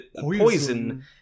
poison